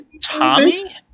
Tommy